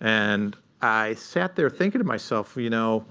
and i sat there, thinking to myself, you know